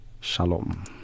shalom